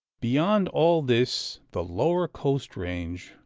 beyond all this the lower coast-range,